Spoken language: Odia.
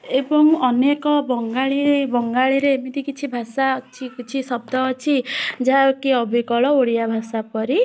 ଏବଂ ଅନେକ ବଙ୍ଗାଳୀ ବଙ୍ଗାଳୀରେ ଏମିତି କିଛି ଭାଷା ଅଛି କିଛି ଶବ୍ଦ ଅଛି ଯାହାକି ଅବିକଳ ଓଡ଼ିଆ ଭାଷା ପରି